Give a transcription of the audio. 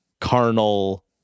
carnal